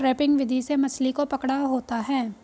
trapping विधि से मछली को पकड़ा होता है